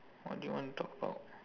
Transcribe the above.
what do you wanna talk about